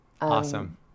Awesome